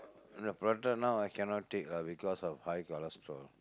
prata now I cannot take lah because of high cholesterol